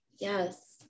Yes